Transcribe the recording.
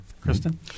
Kristen